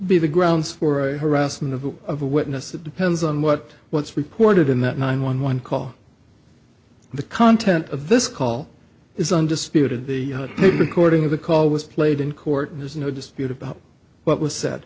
b the grounds for a harassment of the of a witness it depends on what what's reported in that nine one one call the content of this call is undisputed the recording of the call was played in court and there's no dispute about what was said